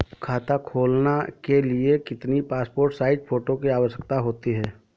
खाता खोलना के लिए कितनी पासपोर्ट साइज फोटो की आवश्यकता होती है?